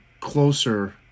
closer